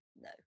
no